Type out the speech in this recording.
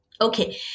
Okay